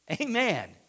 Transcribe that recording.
Amen